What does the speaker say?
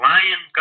Lion